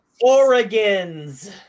Oregon's